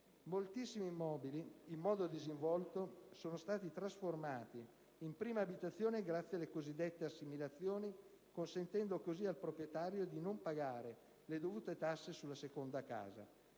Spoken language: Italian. Moltissimi immobili, in modo disinvolto, sono stati trasformati in prima abitazione grazie alle cosiddette assimilazioni, consentendo così al proprietario di non pagare le dovute tasse sulla seconda casa;